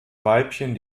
weibchen